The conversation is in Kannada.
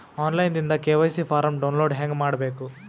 ಆನ್ ಲೈನ್ ದಿಂದ ಕೆ.ವೈ.ಸಿ ಫಾರಂ ಡೌನ್ಲೋಡ್ ಹೇಂಗ ಮಾಡಬೇಕು?